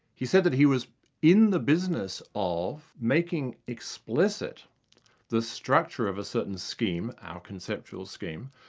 he said that he was in the business of making explicit the structure of a certain scheme, our conceptual scheme,